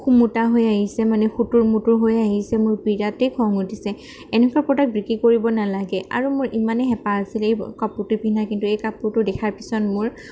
সুমোটা হৈ আহিছে মানে সোঁতোৰ মোতোৰ হৈ আহিছে মোৰ বিৰাটেই খং উঠিছে এনেকুৱা প্ৰডাক্ট বিক্ৰী কৰিব নালাগে আৰু মোৰ ইমানেই হেপাঁহ আছিলে এই কাপোৰটো পিন্ধা কিন্তু এই কাপোৰটো দেখাৰ পিছত মোৰ